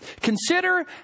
Consider